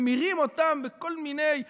ממירים אותם בכל מיני,